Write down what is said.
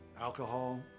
alcohol